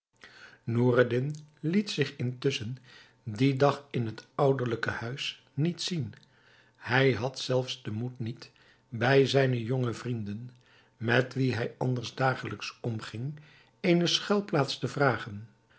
noureddin liet zich intusschen dien dag in het ouderlijke huis niet zien hij had zelfs den moed niet bij zijne jonge vrienden met wie hij anders dagelijks omging eene schuilplaats te vragen